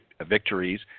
victories